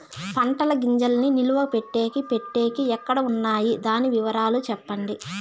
పంటల గింజల్ని నిలువ పెట్టేకి పెట్టేకి ఎక్కడ వున్నాయి? దాని వివరాలు సెప్పండి?